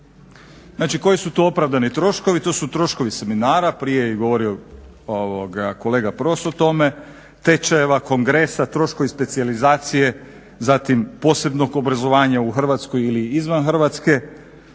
koji su to opravdani troškovi? To su troškovi seminara prije je govorio kolega Pros o tome, tečajeva, kongresa, troškovi specijalizacije zatim posebnog obrazovanja u Hrvatskoj ili izvan Hrvatske,